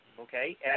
okay